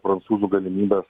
prancūzų galimybės